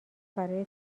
برای